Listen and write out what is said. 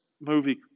movie